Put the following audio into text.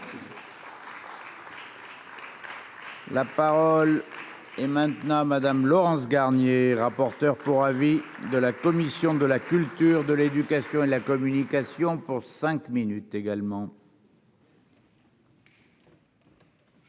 La parole est maintenant à Madame Laurence Garnier, rapporteur pour avis de la commission de la culture, de l'éducation et de la communication pour cinq minutes également.